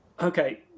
Okay